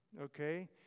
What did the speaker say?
Okay